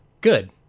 good